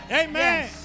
amen